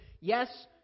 yes